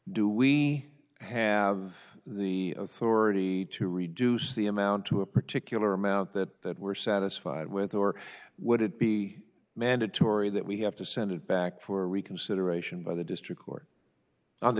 do we have the authority to reduce the amount to a particular amount that that we're satisfied with or would it be mandatory that we have to send it back for reconsideration by the district court on the